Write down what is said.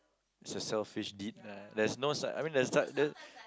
it's a selfish deed lah there's no suc~ I mean there's suc~ there